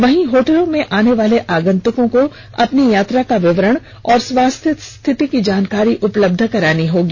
वहीं होटलों में आने वाले आगंतुकों को अपनी यात्रा का विवरण और स्वास्थ्य स्थिति की जानकारी उपलब्ध करानी होगी